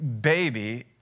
baby